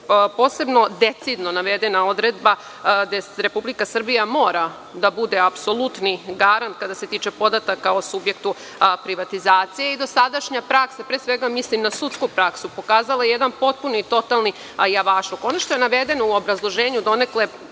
posebno decidno navedena odredba gde Republika Srbija mora da bude apsolutni garant kada se tiče podataka o subjektu privatizacije. Dosadašnja praksa, pre svega mislim na sudsku praksu, pokazala je jedan potpuni, totalni javašluk. Ono